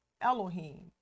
Elohim